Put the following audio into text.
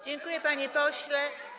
Dziękuję, panie pośle.